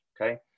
Okay